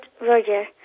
Roger